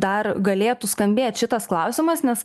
dar galėtų skambėt šitas klausimas nes